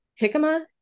jicama